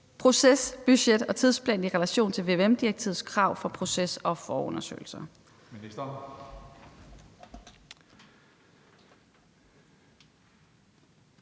proces, budget og tidsplan i relation til vvm-direktivets krav for proces og forundersøgelser?